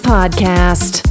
Podcast